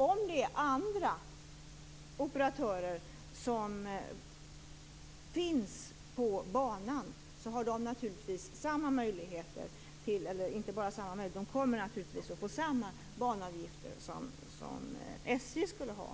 Om det finns andra operatörer än SJ på banan, kommer dessa naturligtvis att få samma banavgifter som SJ skulle få.